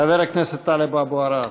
חבר הכנסת טלב אבו עראר.